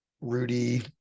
rudy